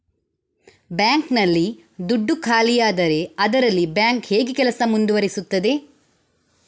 Bank ನಲ್ಲಿ ದುಡ್ಡು ಖಾಲಿಯಾದರೆ ಅದರಲ್ಲಿ ಬ್ಯಾಂಕ್ ಹೇಗೆ ಕೆಲಸ ಮುಂದುವರಿಸುತ್ತದೆ?